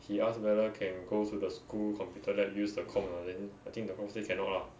he asked whether can go to the school computer lab use the com or not then I think the prof say cannot lah